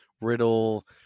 riddle